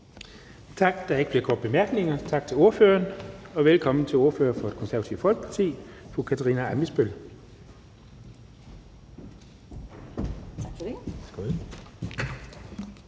Tak. Der er ikke flere korte bemærkninger. Tak til ordføreren, og velkommen til ordfører for Det Konservative Folkeparti fru Katarina Ammitzbøll.